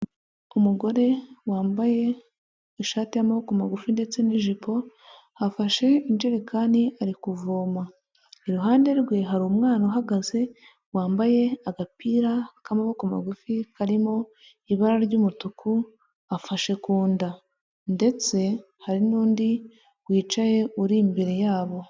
Umugore wambaye ishati y'amaboko magufi ndetse n'ijipo, afashe injerekani ari kuvoma. Iruhande rwe hari umwana uhagaze wambaye agapira k'amaboko magufi karimo ibara ry'umutuku, afashe ku nda ndetse hari n'undi wicaye uri imbere yabo.